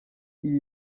iyi